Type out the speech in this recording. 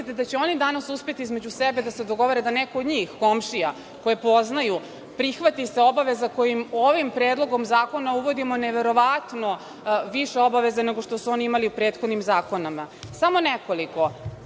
da će oni danas uspeti između sebe da se dogovore da neko od njih, komšija, koje poznaju prihvati se obaveza koje ovim Predlogom zakona, uvodimo neverovatno više obaveza nego što su oni imali u prethodnim zakonima? Samo nekoliko,